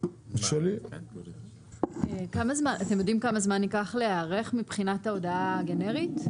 אתם יודעים כמה זמן ייקח להיערך מבחינת ההודעה הגנרית?